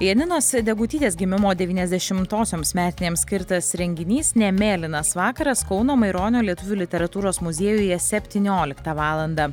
janinos degutytės gimimo devyniasdešimtosioms metinėms skirtas renginys ne mėlynas vakaras kauno maironio lietuvių literatūros muziejuje septynioliktą valandą